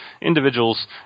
individuals